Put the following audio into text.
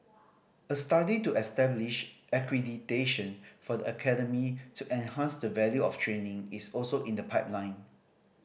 a study to establish accreditation for the academy to enhance the value of training is also in the pipeline